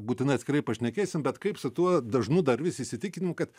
būtinai atskirai pašnekėsim bet kaip su tuo dažnu dar vis įsitikinimu kad